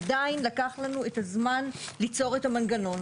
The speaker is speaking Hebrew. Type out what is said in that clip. עדיין לקח לנו את הזמן ליצור את המנגנון.